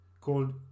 called